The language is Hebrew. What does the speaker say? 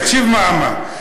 תקשיב מה אמר.